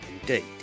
indeed